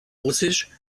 russisch